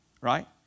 right